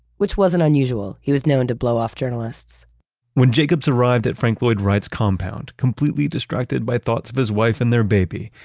which wasn't unusual. he was known to blow off journalists when jacobs arrived at frank lloyd wright's compound, completely distracted by thoughts of his wife and their baby.